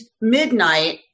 midnight